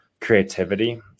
creativity